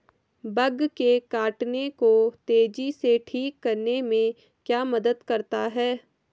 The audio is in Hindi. बग के काटने को तेजी से ठीक करने में क्या मदद करता है?